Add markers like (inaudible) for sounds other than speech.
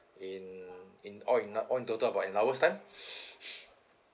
in in all in all in total about an hour time (breath)